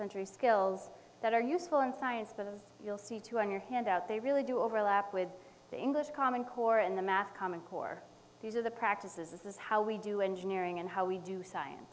century skills that are useful in science but as you'll see two on your handout they really do overlap with the english common core and the mass common core these are the practices this is how we do engineering and how we do science